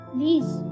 Please